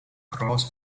cross